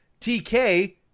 TK